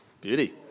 Beauty